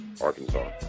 Arkansas